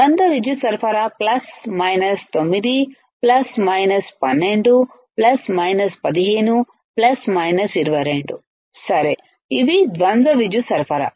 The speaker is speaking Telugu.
ద్వంద్వ విద్యుత్ సరఫరా plus minus 9 plus minus 12 plus minus 15ప్లస్ మైనస్ 22 సరే ఇవి ద్వంద్వ విద్యుత్ సరఫరా